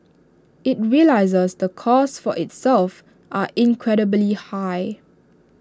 IT realises the costs for itself are incredibly high